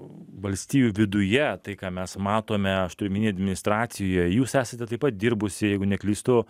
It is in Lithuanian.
valstijų viduje tai ką mes matome aš turiu omeny administracija jūs esate taip pat dirbusi jeigu neklystu